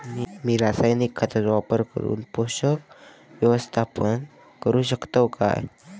मी रासायनिक खतांचो वापर करून पोषक व्यवस्थापन करू शकताव काय?